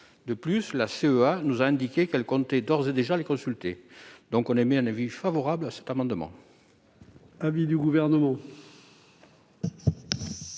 De plus, la CEA nous a indiqué qu'elle comptait d'ores et déjà les consulter. La commission émet donc un avis favorable sur cet amendement.